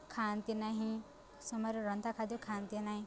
ଖାଆନ୍ତି ନାହିଁ ଏ ସମୟରେ ରନ୍ଧା ଖାଦ୍ୟ ଖାଆନ୍ତି ନାହିଁ